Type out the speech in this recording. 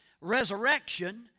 resurrection